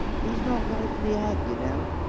he's not right in the head, you know.